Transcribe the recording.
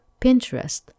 Pinterest